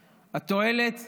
התועלת,